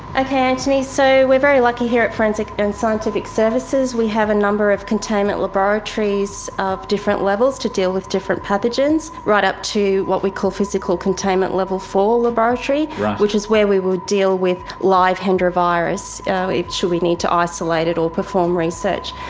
okay antony, so we're very lucky here are at forensic and scientific services, we have a number of containment laboratories of different levels to deal with different pathogens, right up to what we call physical containment level four laboratory which is where we would deal with live hendra virus should we need to isolate it or perform research.